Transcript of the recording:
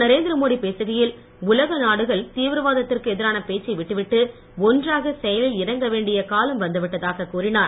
நரேந்திரமோடி பேசுகையில் உலக நாடுகள் தீவிரவாத்த்திற்கு எதிரான பேச்சை விட்டுவிட்டு ஒன்றாக செயலில் இறங்க வேண்டிய காலம் வந்துவிட்டதாக கூறினார்